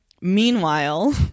meanwhile